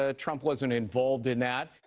ah trump wasn't involved in that.